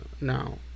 now